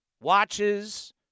watches